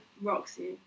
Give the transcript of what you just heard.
Roxy